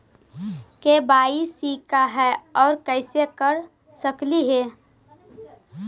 KYC का है, और कैसे कर सकली हे?